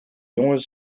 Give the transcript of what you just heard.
jongen